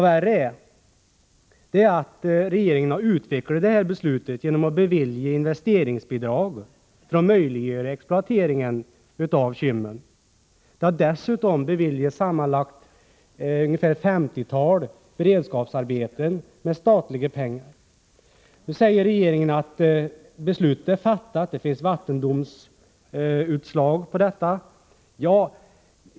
Värre är att regeringen har utvecklat detta beslut genom att bevilja investeringsbidrag för att möjliggöra exploateringen av Kymmen. Dessutom har ett femtiotal beredskapsarbeten beviljats, vilka skall bekostas med statliga pengar. Nu säger regeringen att beslutet är fattat och att det finns ett beslut från vattendomstolen om detta.